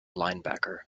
linebacker